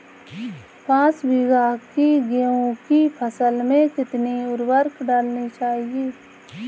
पाँच बीघा की गेहूँ की फसल में कितनी उर्वरक डालनी चाहिए?